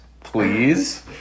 please